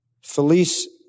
Felice